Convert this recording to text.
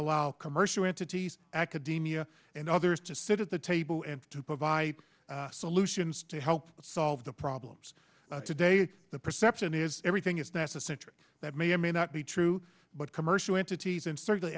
allow commercial entities academia and others to sit at the table and to provide solutions to help solve the problems today the perception is everything is nasa centric that may or may not be true but commercial entities and certainly